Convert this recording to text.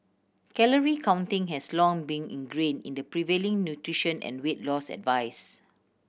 calorie counting has long been ingrained in the prevailing nutrition and weight loss advice